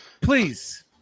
please